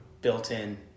built-in